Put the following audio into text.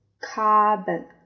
carbon